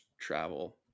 travel